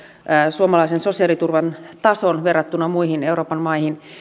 suomalaisen sosiaaliturvan tason verrattuna muihin euroopan maihin